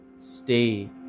Stay